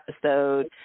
episode